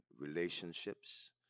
relationships